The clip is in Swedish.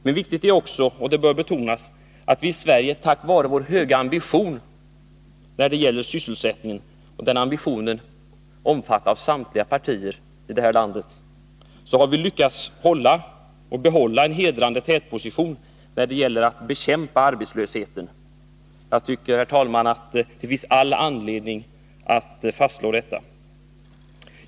Men viktigt är också — och det bör betonas — att vi i Sverige tack vare vår höga ambition i fråga om sysselsättningen, en ambition som omfattar samtliga partier i det här landet, har lyckats behålla en hedrande tätposition när det gäller att bekämpa arbetslösheten. Jag tycker, herr talman, att det finns all anledning att fastslå detta.